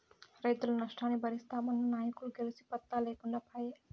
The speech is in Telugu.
రైతుల నష్టాన్ని బరిస్తామన్న నాయకులు గెలిసి పత్తా లేకుండా పాయే